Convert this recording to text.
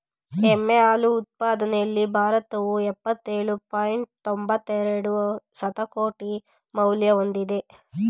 ಎಮ್ಮೆ ಹಾಲು ಉತ್ಪಾದನೆಯಲ್ಲಿ ಭಾರತವು ಇಪ್ಪತ್ತೇಳು ಪಾಯಿಂಟ್ ತೊಂಬತ್ತೆರೆಡು ಶತಕೋಟಿ ಮೌಲ್ಯ ಹೊಂದಿದೆ